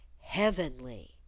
heavenly